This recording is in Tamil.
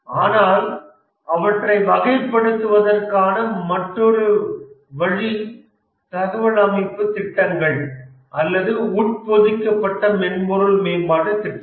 ஆனால் அவற்றை வகைப்படுத்துவதற்கான மற்றொரு வழி தகவல் அமைப்பு திட்டங்கள் அல்லது உட்பொதிக்கப்பட்ட மென்பொருள் மேம்பாட்டு திட்டங்கள்